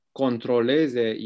controleze